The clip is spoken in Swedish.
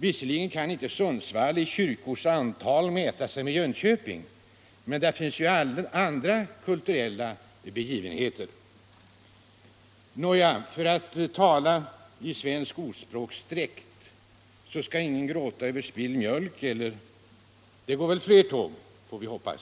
Visserligen kan inte Sundsvall — arbetslösheten i i kyrkors antal mäta sig med Jönköping, men där finns ju andra kulturella — Västernorrlands begivenheter. Nåja — för att tala i svensk ordspråksdräkt så skall ingen — län ”gråta över spilld mjölk”, och ”det går fler tåg”, får vi hoppas.